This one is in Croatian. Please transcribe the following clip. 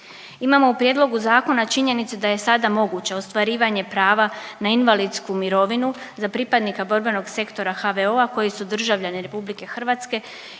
Imamo u prijedlogu zakona činjenicu da je sada moguće ostvarivanje prava na invalidsku mirovinu za pripadnika borbenog sektora HVO-a koji su državljani RH i to